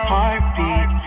Heartbeat